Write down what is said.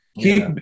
keep